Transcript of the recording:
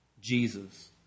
Jesus